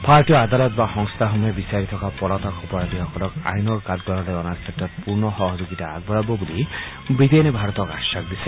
ভাৰতীয় আদালত বা সংস্থাসমূহে বিচাৰি থকা পলাতক অপৰাধীসকলক আইনৰ কাঠগড়ালৈ অনাৰ ক্ষেত্ৰত পূৰ্ণ সহযোগিতা আগবঢ়াব বুলি ৱিটেইনে ভাৰতক আশ্বাস দিছে